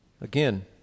Again